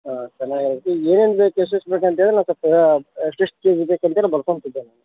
ಹಾಂ ಚೆನ್ನಾಗಿರುತ್ತೆ ಏನೇನು ಬೇಕು ಎಷ್ಟೆಷ್ಟು ಬೇಕಂತ್ಹೇಳಿದ್ರೆ ನಾವು ಸ್ವಲ್ಪ ಎಷ್ಟೆಷ್ಟು ಕೆಜಿ ಬೇಕಂತ್ಹೇಳಿ ಬರ್ಕೊತಿದ್ದೆ ನಾನು